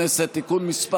חוק-יסוד: הכנסת (תיקון מס'